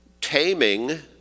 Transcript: taming